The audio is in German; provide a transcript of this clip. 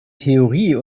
theorie